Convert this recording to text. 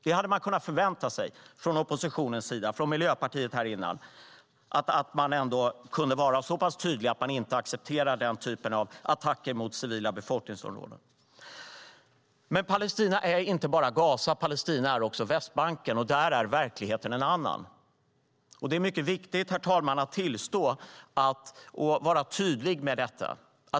Man hade kunnat förvänta sig från oppositionen, från Miljöpartiet, att de skulle vara tydliga med att inte acceptera den typen av attacker mot civilbefolkade områden. Men Palestina är inte bara Gaza. Palestina är också Västbanken, och där är verkligheten en annan. Det är mycket viktigt, herr talman, att tillstå och vara tydlig med det.